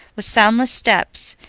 with soundless steps,